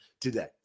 today